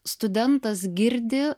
studentas girdi